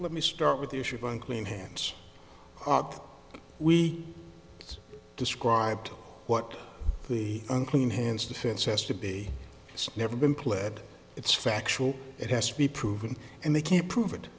let me start with the issue of unclean hands we described what the unclean hands defense has to be it's never been pled it's factual it has to be proven and they can prove it